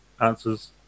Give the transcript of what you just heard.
answers